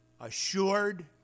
assured